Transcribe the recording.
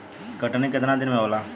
कटनी केतना दिन मे होला?